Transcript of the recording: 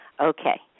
Okay